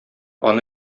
аны